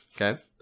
Okay